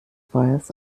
feuers